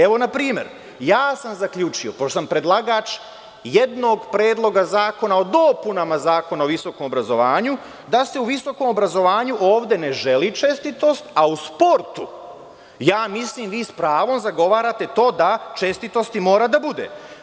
Evo, npr, ja sam zaključio, pošto sam predlagač jednog predloga zakona o dopunama Zakona o visokom obrazovanju, da se u visokom obrazovanju ovde ne želi čestitost, a u sportu, ja mislim, vi s pravom zagovarate to da čestitosti mora da bude.